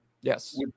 Yes